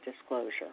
disclosure